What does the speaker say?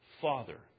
Father